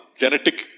genetic